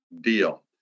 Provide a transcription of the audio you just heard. deal